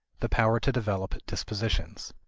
the power to develop dispositions.